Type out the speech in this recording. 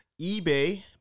eBay